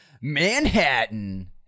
Manhattan